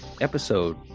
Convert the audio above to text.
episode